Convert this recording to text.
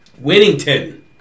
Winnington